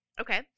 Okay